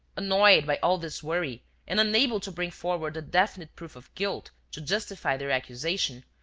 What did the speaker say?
annoyed by all this worry and unable to bring forward a definite proof of guilt to justify their accusation,